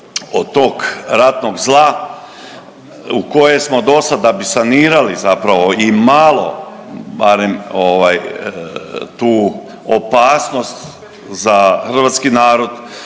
od tog ratnog zla u koje smo do sad sanirali zapravo i malo barem tu opasnost za hrvatski narod,